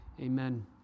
Amen